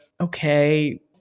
okay